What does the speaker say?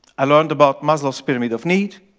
i learned about maslow's pyramid of needs.